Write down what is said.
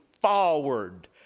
forward